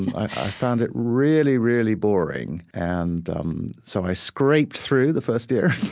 i found it really, really boring, and um so i scraped through the first year